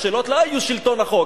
השאלות לא היו שלטון החוק,